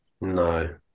No